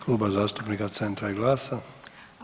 Kluba zastupnika Centra i GLAS-a.